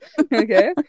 okay